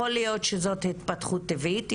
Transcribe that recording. יכול להיות שזאת התפתחות טבעית,